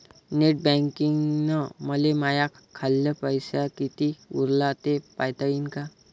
Net बँकिंगनं मले माह्या खाल्ल पैसा कितीक उरला थे पायता यीन काय?